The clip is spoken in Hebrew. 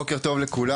בוקר טוב לכולם,